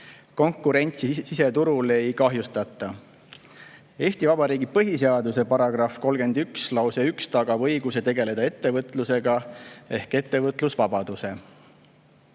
konkurentsi siseturul ei kahjustata. Eesti Vabariigi põhiseaduse § 31 esimene lause tagab õiguse tegeleda ettevõtlusega ehk ettevõtlusvabaduse,